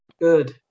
Good